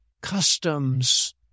Customs